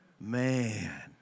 Man